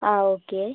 ആ ഓക്കെ